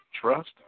trust